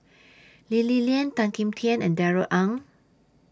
Lee Li Lian Tan Kim Tian and Darrell Ang